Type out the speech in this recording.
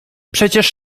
przecież